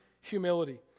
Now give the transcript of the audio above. humility